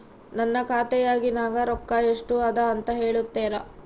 ನನ್ನ ಖಾತೆಯಾಗಿನ ರೊಕ್ಕ ಎಷ್ಟು ಅದಾ ಅಂತಾ ಹೇಳುತ್ತೇರಾ?